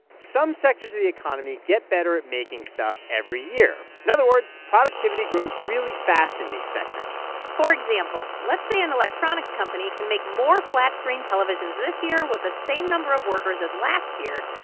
some sectors of the economy get better at making stuff every year. in other words, productivity grows really fast in these sectors for example, let's say an electronics company can make more flat-screen televisions this year with the same number of workers as last year.